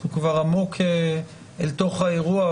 אנחנו כבר עמוק אל תוך האירוע,